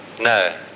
no